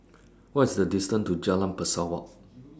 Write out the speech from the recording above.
What IS The distance to Jalan Pesawat